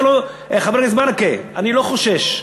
חבר הכנסת ברכה, אני לא חושש,